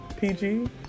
PG